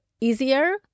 easier